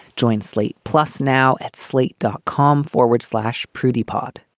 joint slate plus now at slate dot com forward slash prudy pod